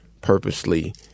purposely